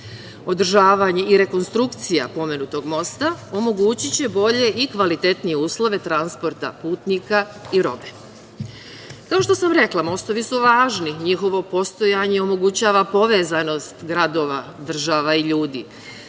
Održavanje i rekonstrukcija pomenutog mosta omogućiće bolje i kvalitetnije uslove transporta putnika i robe. Kao što sam rekla, mostovi su važni, njihovo postojanje omogućava povezanost gradova, država i ljudi.